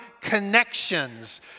connections